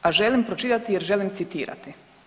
A želim pročitati jer želim citirati.